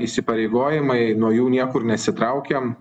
įsipareigojimai nuo jų niekur nesitraukiam